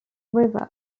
river